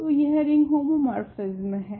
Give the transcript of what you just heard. तो यह ring homomorphism हैं